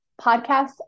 podcasts